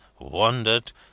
wandered